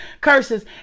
curses